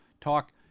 talk